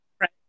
right